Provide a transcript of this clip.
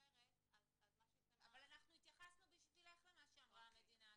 אחרת מה שייצא --- אבל אנחנו התייחסנו בשבילך למה שאמרה המדינה,